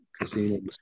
casinos